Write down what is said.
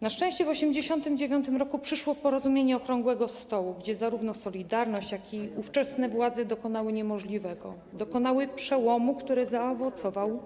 Na szczęście w 1989 r. przyszło porozumienie okrągłego stołu, gdzie zarówno „Solidarność”, jak i ówczesne władze dokonały niemożliwego, dokonały przełomu, który zaowocował